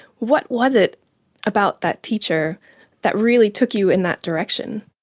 what was it about that teacher that really took you in that direction?